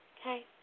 okay